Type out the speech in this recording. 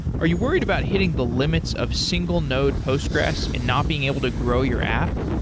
are you worried about hitting the limits of single node postgressql and not being able to grow your app,